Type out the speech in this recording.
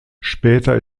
später